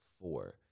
four